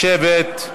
לשבת.